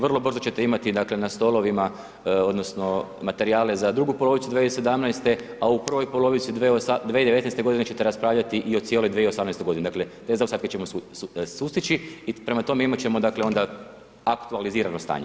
Vrlo brzo ćete imati na stolovima odnosno materijale za drugu polovicu 2017. a u prvoj polovici 2019. godine ćete raspravljati i o cijeloj 2018. godini dakle te zaostatke ćemo sustići i prema tome imati ćemo dakle onda aktualizirano stanje.